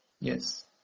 Yes